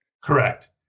correct